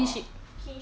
我不懂 eh